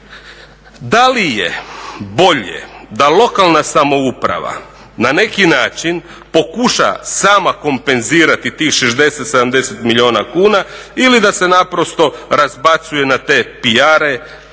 Da li je bolje da lokalna samouprava na neki način pokuša sama kompenzirati tih 60, 70 milijuna kuna ili da se naprosto razbacuje na te PR-e,